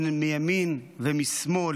הן מימין ומשמאל,